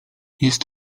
jest